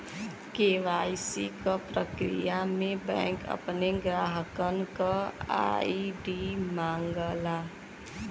KYC क प्रक्रिया में बैंक अपने ग्राहकन क आई.डी मांगला